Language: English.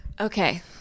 Okay